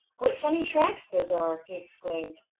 what funny tracks those are! he exclaimed.